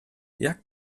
jak